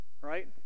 Right